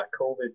COVID